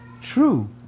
true